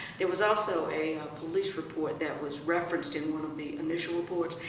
there was also a ah police report that was referenced in one of the initial reports,